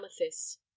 amethyst